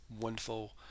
Wonderful